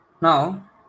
Now